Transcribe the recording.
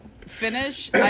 finish